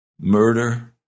murder